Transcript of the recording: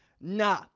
Nah